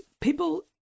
People